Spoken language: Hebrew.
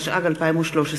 התשע"ג 2013,